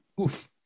oof